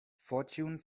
fortune